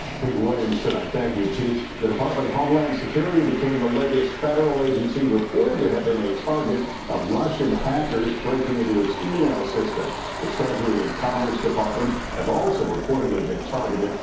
pete williams tonight, thank you. the department of homeland security became the latest federal agency reported to have been a target of russian hackers breaking into its email system the treasury and commerce departments have also reportedly been targeted.